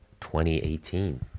2018